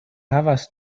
havas